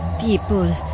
people